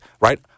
Right